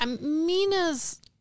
Mina's